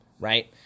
right